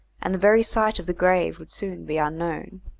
and the very site of the grave would soon be unknown.